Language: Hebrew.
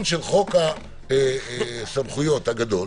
של חוק הסמכויות הגדול,